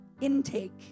intake